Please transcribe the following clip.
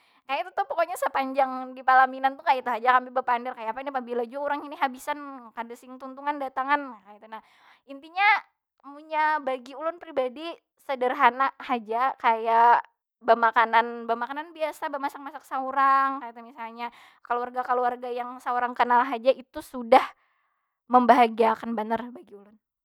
Kaytu tu pokoknya sepanjang di palaminan tu, kaytu haja kami bepander. Kayapa ini pabila jua urang ini habisan. Kada sing tuntungan datangan nah, kaytu nah. Intinya amunnya bagi ulun pribadi, sederhana haja kaya bemakanan. Bemakanan biasa, bemasak- masak saurang kaytu misalnya. Kaluarga- kaluarga yang saurang kenal haja itu sudah membahagiakan banar bagi ulun.